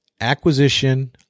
acquisition